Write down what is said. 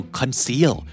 conceal